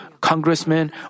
congressman